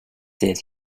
did